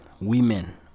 Women